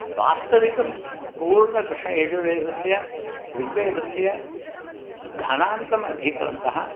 वास्तविकं पूर्णकृष्णयजुर्वेदस्य ऋग्वेदस्य घनान्तमधीतवन्तः